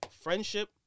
friendship